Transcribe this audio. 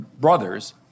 brothers